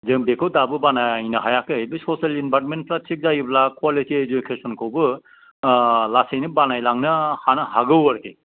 जों बेखौ दाबो बानायनो हायाखै बे ससेल इनभार्मेन्टफ्रा थिख जायोब्ला कुवालिटि इडुकेसनखौबो लासैनो बानायलांनो हानो हागौ आरखि